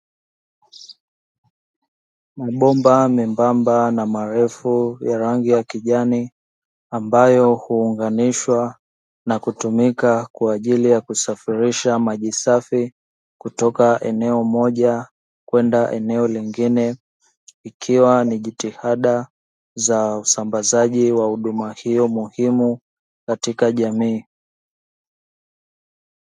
Mabomba membamba na marefu ya rangi ya kijani, ambayo huunganishwa na kutumika kwa ajili ya kusafirisha maji safi, kutoka eneo moja kwenda eneo lingine, ikiwa ni jitihada za usambazaji wa huduma hiyo muhimu katika jamii.